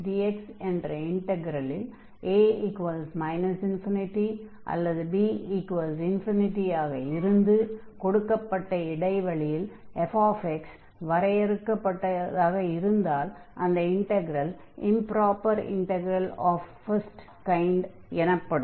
abfxdx என்ற இன்டக்ரலில் a ∞ அல்லது b ∞ ஆக இருந்து கொடுக்கப்பட்ட இடைவெளியில் f வரையறுக்கப்பட்டதாக இருந்தால் அந்த integral improper integral of first kind எனப்படும்